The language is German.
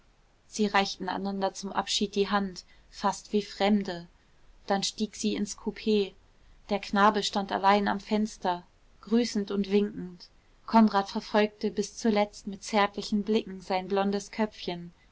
sie reichten einander zum abschied die hand fast wie fremde dann stieg sie ins coup der knabe stand allein am fenster grüßend und winkend konrad verfolgte bis zuletzt mit zärtlichen blicken sein blondes köpfchen